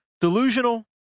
Delusional